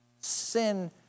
sin